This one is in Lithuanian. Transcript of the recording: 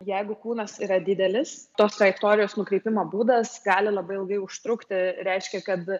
jeigu kūnas yra didelis tos trajektorijos nukreipimo būdas gali labai ilgai užtrukti reiškia kad